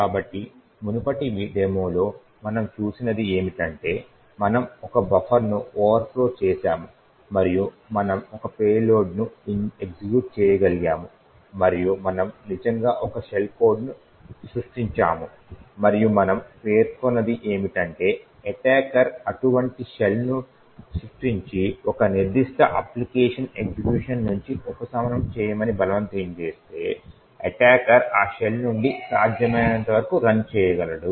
కాబట్టి మునుపటి డెమోలో మనం చూసినది ఏమిటంటే మనము ఒక బఫర్ను ఓవర్ ఫ్లో చేసాము మరియు మనము ఒక పేలోడ్ను ఎగ్జిక్యూట్ చేయగలిగాము మరియు మనము నిజంగా ఒక షెల్ను సృష్టించాము మరియు మనము పేర్కొన్నది ఏమిటంటే ఎటాకర్ అటువంటి షెల్ను సృష్టించి ఒక నిర్దిష్ట అప్లికేషన్ ఎగ్జిక్యూషన్ నుండి ఉపశమనం చేయమని బలవంతం చేస్తే ఎటాకర్ ఆ షెల్ నుండి సాధ్యమైనంతవరకు రన్ చేయగలడు